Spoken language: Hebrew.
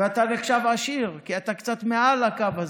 ואתה נחשב עשיר, כי אתה קצת מעל הקו הזה.